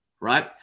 right